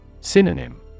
Synonym